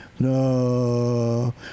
No